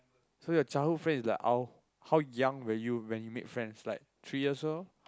so your childhood friend is like how how young when you when you make friends like three years old